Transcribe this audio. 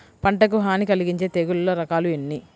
పంటకు హాని కలిగించే తెగుళ్ళ రకాలు ఎన్ని?